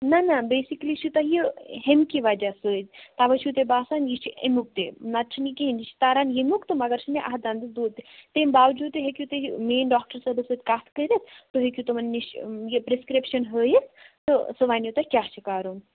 نہَ نہَ بیٚسِکٔلی چھُو تۄہہِ یہِ ییٚمہِ کہِ وجہ سۭتۍ تَوے چھُو تۄہہِ باسان یہِ چھُ اَمیُک تہِ نَتہٕ چھُنہٕ یہِ کِہیٖنٛۍ یہِ چھُ تران ییٚمیُک تہٕ مگر چھُنہٕ یہِ اَتھ دَنٛدس دود کیٚنٛہہ تَمہِ باوجوٗد تہِ ہیٚکِو تُہی مین ڈاکٹر صٲبس سۭتۍ کَتھ کٔرتھ تُہی ہیٚکِو تِمن نِش یہِ پرٛسکرٕٛپشن ہٲوِتھ تہٕ سُہ وَنِو تۄہہِ کیٛاہ چھُ کَرُن